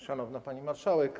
Szanowna Pani Marszałek!